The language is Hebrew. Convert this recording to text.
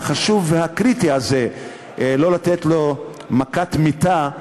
החשוב והקריטי הזה מכת מיתה,